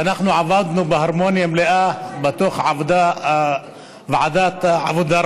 אנחנו עבדנו בהרמוניה מלאה בוועדת העבודה,